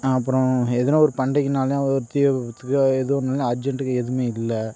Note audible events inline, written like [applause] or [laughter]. அப்பறம் எதுனா ஒரு பண்டிகைனாலும் [unintelligible] அர்ஜெண்டுக்கு எதுவுமே இல்லை